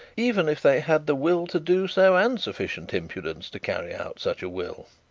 even if they had the will to do so, and sufficient impudence to carry out such a will.